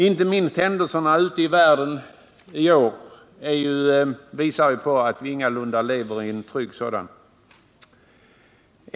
Inte minst händelserna ute i världen i år visar att vi ingalunda lever i en trygg sådan.